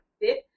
fit